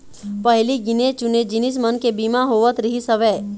पहिली गिने चुने जिनिस मन के बीमा होवत रिहिस हवय